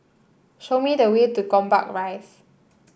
show me the way to Gombak Rise